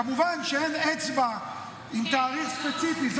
כמובן שאין אצבע עם תאריך ספציפי.